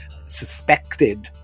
suspected